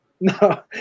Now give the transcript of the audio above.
No